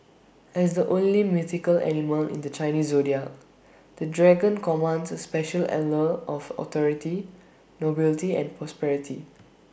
as the only mythical animal in the Chinese Zodiac the dragon commands A special allure of authority nobility and prosperity